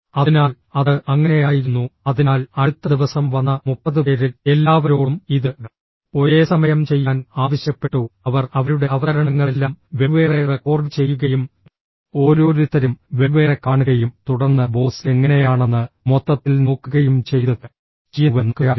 അതിനാൽ അത് അങ്ങനെയായിരുന്നു അതിനാൽ അടുത്ത ദിവസം വന്ന 30 പേരിൽ എല്ലാവരോടും ഇത് ഒരേസമയം ചെയ്യാൻ ആവശ്യപ്പെട്ടു അവർ അവരുടെ അവതരണങ്ങളെല്ലാം വെവ്വേറെ റെക്കോർഡുചെയ്യുകയും ഓരോരുത്തരും വെവ്വേറെ കാണുകയും തുടർന്ന് ബോസ് എങ്ങനെയാണെന്ന് മൊത്തത്തിൽ നോക്കുകയും ചെയ്തു ചെയ്യുന്നുവെന്ന് നോക്കുകയായിരുന്നു